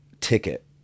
ticket